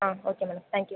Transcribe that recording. ah okay madam thank you